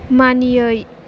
मानियै